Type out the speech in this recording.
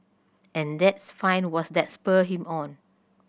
and that's find what's that spurred him on